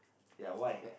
ya why